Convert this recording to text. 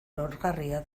lorgarria